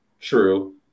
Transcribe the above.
True